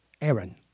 Aaron